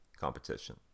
competition